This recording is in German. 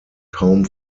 kaum